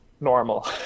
normal